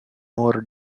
ore